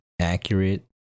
accurate